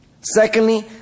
Secondly